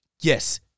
Yes